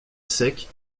sec